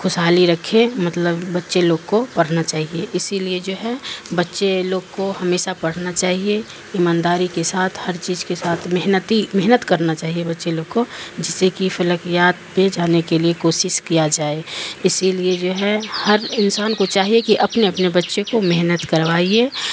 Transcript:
کھشحالی رکھے مطلب بچے لوگ کو پڑھنا چاہیے اسی لیے جو ہے بچے لوگ کو ہمیشہ پڑھنا چاہیے ایمانداری کے ساتھ ہر چیز کے ساتھ محنتی محنت کرنا چاہیے بچے لوگ کو جس سے کہ فلکیات پے جانے کے لیے کوشش کیا جائے اسی لیے جو ہے ہر انسان کو چاہیے کہ اپنے اپنے بچے کو محنت کروائیے